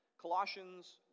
Colossians